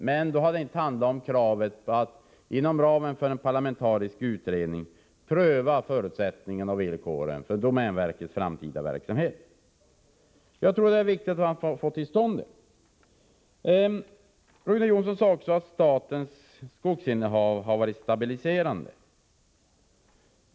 Men då har det inte handlat om kravet att inom ramen för en parlamentarisk utredning pröva villkoren och förutsättningarna för domänverkets framtida verksamhet. Jag tror det är viktigt att få till stånd en sådan prövning. Rune Jonsson sade vidare att statens skogsinnehav har varit stabiliserande.